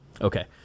okay